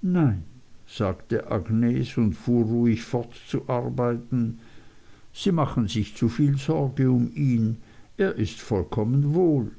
nein sagte agnes und fuhr ruhig fort zu arbeiten sie machen sich zu viel sorge um ihn er ist vollkommen wohl